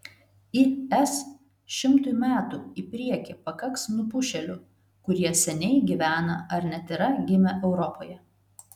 is šimtui metų į priekį pakaks nupušėlių kurie seniai gyvena ar net yra gimę europoje